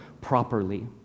properly